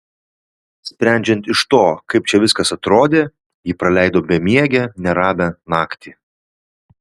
sprendžiant iš to kaip čia viskas atrodė ji praleido bemiegę neramią naktį